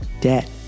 debt